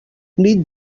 nit